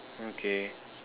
okay